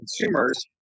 consumers